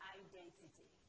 identity